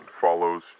follows